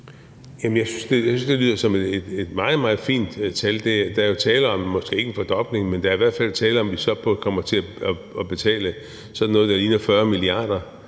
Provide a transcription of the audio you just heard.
Jeg synes, at det lyder som et meget, meget fint tal. Der er jo tale om, måske ikke en fordobling, men i hvert fald at vi så kommer til at betale noget, der ligner 40 mia. kr.